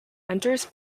enters